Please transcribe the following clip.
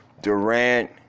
Durant